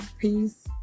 peace